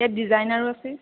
ইয়াত ডিজাইনাৰো আছে